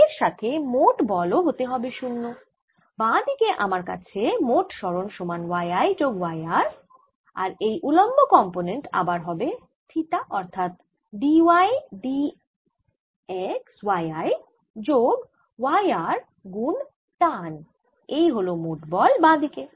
এর সাথে মোট বল ও হতে হবে শূন্য বাঁ দিকে আমাদের আছে মোট সরন সমান y I যোগ y r আর এই উল্লম্ব কম্পোনেন্ট আবার হবে থিটা অর্থাৎ d by d x y I যোগ y r গুন টান এই হল মোট বল বাঁ দিকে